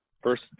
first